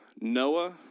Noah